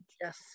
Yes